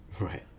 Right